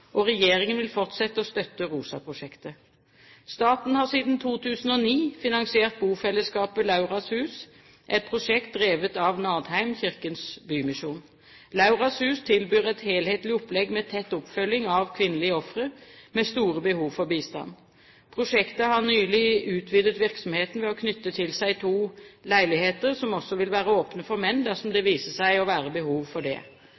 Regjeringen vil fortsette å støtte ROSA-prosjektet. Staten har siden 2009 finansiert bofellesskapet Lauras Hus, et prosjekt drevet av Nadheim Kirkens Bymisjon. Lauras Hus tilbyr et helhetlig opplegg med tett oppfølging av kvinnelige ofre med store behov for bistand. Prosjektet har nylig utvidet virksomheten ved å knytte til seg to leiligheter, som også vil være åpne for menn dersom det viser seg å være behov for det.